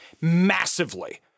massively